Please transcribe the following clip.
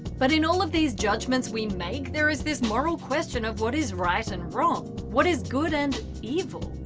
but in all of these judgements we make, there is this moral question of what is right and wrong, what is good and evil.